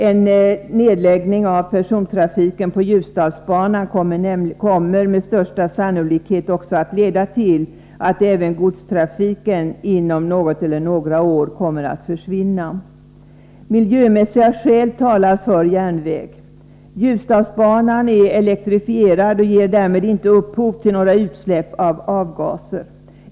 En nedläggning av persontrafiken på Ljusdalsbanan kommer med största sannolikhet också att leda till att även godstrafiken försvinner inom något eller några år. Miljömässiga skäl talar för järnväg. Ljusdalsbanan är elektrifierad och ger därför inte upphov till några utsläpp av avgaser.